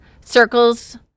circles